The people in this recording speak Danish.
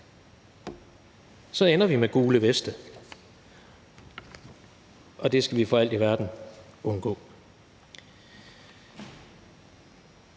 så ender vi med de gule veste, og det skal vi for alt i verden undgå.